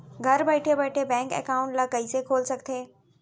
घर बइठे बइठे बैंक एकाउंट ल कइसे खोल सकथे?